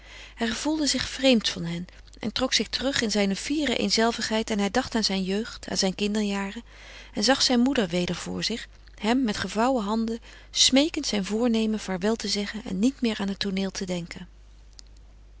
hij gevoelde zich vreemd van hen en trok zich terug in zijne fiere eenzelvigheid en hij dacht aan zijn jeugd aan zijn kinderjaren en zag zijn moeder weder voor zich hem met gevouwen handen smeekend zijn voornemen vaarwel te zeggen en niet meer aan het tooneel te denken